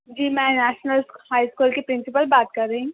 جی میں national high school کی principal بات کر رہی ہوں